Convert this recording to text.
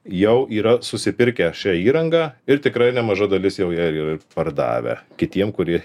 jau yra susipirkę šią įrangą ir tikrai nemaža dalis jau ją ir pardavę kitiem kurie